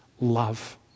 love